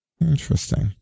Interesting